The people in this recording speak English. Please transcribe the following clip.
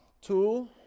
Two